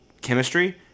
chemistry